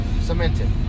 cemented